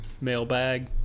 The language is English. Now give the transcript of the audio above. mailbag